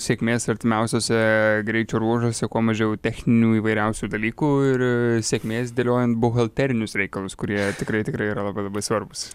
sėkmės artimiausiuose greičio ruožuose kuo mažiau techninių įvairiausių dalykų ir sėkmės dėliojant buhalterinius reikalus kurie tikrai tikrai yra labai labai svarbūs